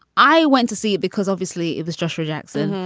i went to see it because obviously it was joshua jackson.